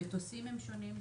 המטוסים הם שונים,